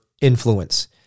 influence